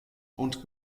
und